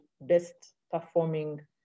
best-performing